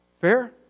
Fair